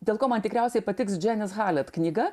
dėl ko man tikriausiai patiks dženis halet knyga